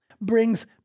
brings